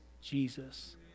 Jesus